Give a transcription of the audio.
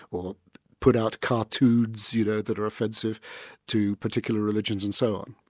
or put out cartoons you know that are offensive to particular religions and so on.